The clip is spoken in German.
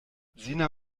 sina